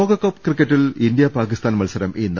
ലോകകപ്പ് ക്രിക്കറ്റിൽ ഇന്ത്യ പാക്കിസ്ഥാൻ മത്സരം ഇന്ന്